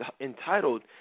entitled